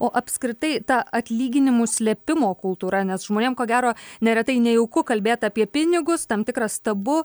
o apskritai ta atlyginimų slėpimo kultūra nes žmonėm ko gero neretai nejauku kalbėt apie pinigus tam tikras tabu